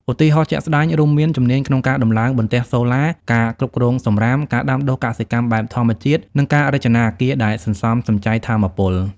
ឧទាហរណ៍ជាក់ស្តែងរួមមាន ជំនាញក្នុងការដំឡើងបន្ទះសូឡា ការគ្រប់គ្រងសំរាម ការដាំដុះកសិកម្មបែបធម្មជាតិ និងការរចនាអគារដែលសន្សំសំចៃថាមពល។